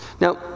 Now